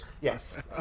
Yes